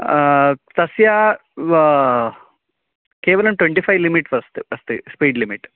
तस्य केवलं twenty five limit अस्ति स्पीड् लिमिट्